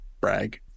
brag